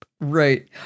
Right